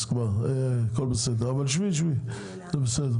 גם עליכם ונסיים את העניין הזה.